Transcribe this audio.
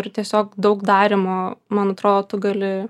ir tiesiog daug darymo man atro tu gali